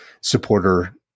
supporter